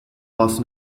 was